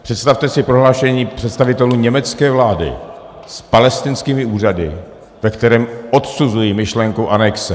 Představte si prohlášení představitelů německé vlády s palestinskými úřady, ve kterém odsuzují myšlenku anexe.